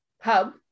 hub